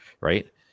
Right